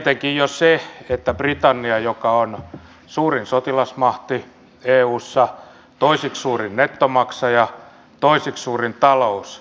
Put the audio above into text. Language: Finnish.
tietenkin jo se että britannia joka on suurin sotilasmahti eussa toiseksi suurin nettomaksaja ja toiseksi suurin talous